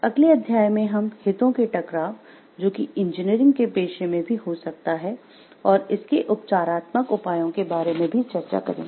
अगले अध्याय में हम "हितों के टकराव" जो कि इंजीनियरिंग के पेशे में भी हो सकता है और इसके उपचारात्मक उपायों के बारे में भी चर्चा करेंगे